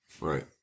Right